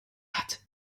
hat